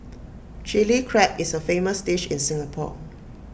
Chilli Crab is A famous dish in Singapore